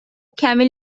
کمی